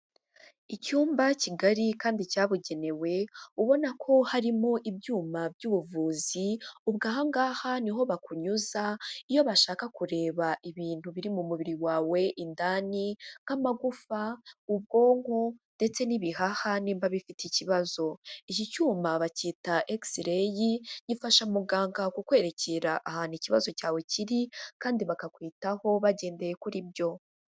Icyumba kigari kandi cyabugenewe, ubona ko harimo ibyuma by'ubuvuzi, ubwo aha ngaha ni ho bakunyuza iyo bashaka kureba ibintu biri mu mubiri wawe indani, nk'amagufa, ubwonko, ndetse n'ibihaha nimba bifite ikibazo. Iki cyuma bacyita Egisireyi gifasha muganga kukwerekera ahantu ikibazo cyawe kiri, kandi bakakwitaho bagendeye kuri byo.